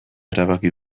erabaki